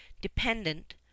dependent